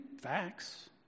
facts